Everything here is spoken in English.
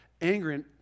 angry